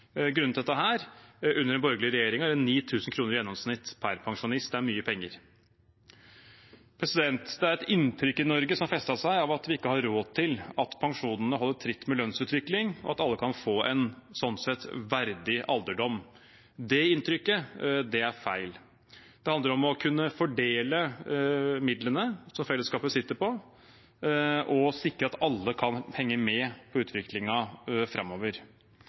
under den borgerlige regjeringen, eller 9 000 kr i gjennomsnitt per pensjonist. Det er mye penger. Det har festet seg et inntrykk i Norge av at vi ikke har råd til at pensjonene holder tritt med lønnsutviklingen, og at alle, slik sett, kan få en verdig alderdom. Det inntrykket er feil. Det handler om å kunne fordele midlene som fellesskapet sitter på, og sikre at alle kan henge med på utviklingen framover.